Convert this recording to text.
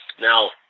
Now